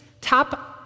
top